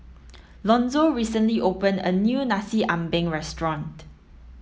Lonzo recently opened a new Nasi Ambeng restaurant